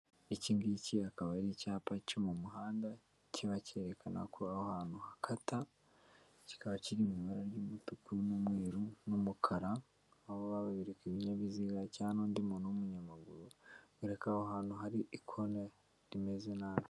Iki ngiki akaba ari icyapa cyo mu muhanda kiba cyerekana ko aho hantu hakata, kikaba kiri mu ibara ry'umutuku n'umweru n'umukara aho baba bereka ibinyabiziga cyangwa undi muntu w'umunyamaguru, bamwereka ko aho ahantu hari ikoni rimeze nabi.